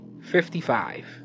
fifty-five